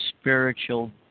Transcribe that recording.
spiritual